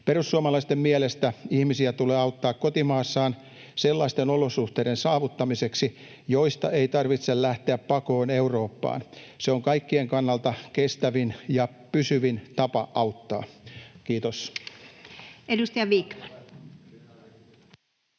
Perussuomalaisten mielestä ihmisiä tulee auttaa kotimaassaan sellaisten olosuhteiden saavuttamiseksi, joista ei tarvitse lähteä pakoon Eurooppaan. Se on kaikkien kannalta kestävin ja pysyvin tapa auttaa. — Kiitos.